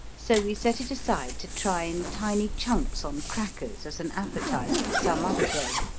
so we set it aside to try in tiny chunks on crackers as an appetizer some other day,